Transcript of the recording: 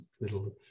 little